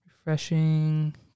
Refreshing